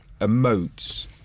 emotes